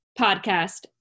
podcast